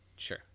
Sure